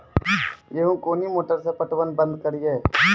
गेहूँ कोनी मोटर से पटवन बंद करिए?